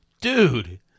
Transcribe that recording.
dude